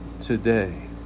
today